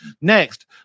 Next